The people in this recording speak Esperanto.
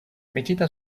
metita